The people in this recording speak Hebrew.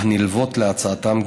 הנלוות להצעתם,